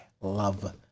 love